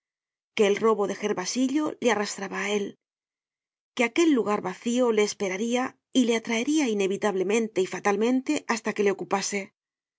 que el robo de gervasillo le arrastraba á él que aquel lugar vacío le esperaria y le atraeria inevitable y fatalmente hasta que le ocupase